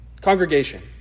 Congregation